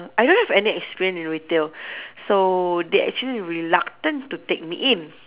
I don't have any experience in retail so they actually reluctant to take me in